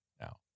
now